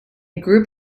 group